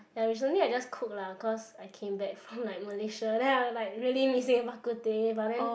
ya recently I just cooked lah because I came back from like Malaysia then I was like really missing bak kut teh but then